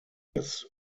this